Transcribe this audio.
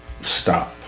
stop